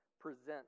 present